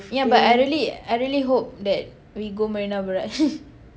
yeah but I really I really hope that we go Marina Barrage